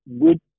good